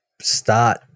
start